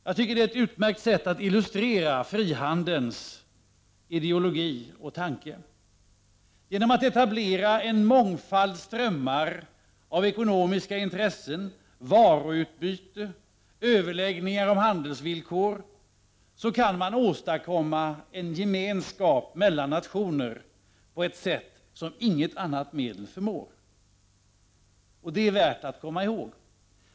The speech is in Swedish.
Jag tycker att det är ett utmärkt sätt att illustrera frihandelns ideologi och tanke. Genom att etablera en mångfald strömmar av ekonomiska intressen, varuutbyte och överläggningar om handelsvillkor kan man åstadkomma en gemenskap mellan nationer på ett sätt som inget annat medel förmår. Det är värt att komma ihåg.